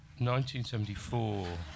1974